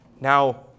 Now